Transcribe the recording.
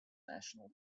national